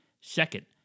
Second